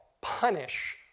punish